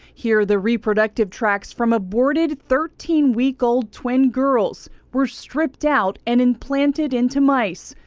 here the reproductive tracts from aborted thirteen week old twin girls were stripped out and implanted into mice.